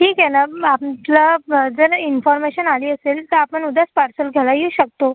ठीक आहे ना मग आपलं जर इन्फॉरमेशन आली असेल तर आपण उद्याच पार्सल घ्यायला येऊ शकतो